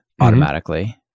automatically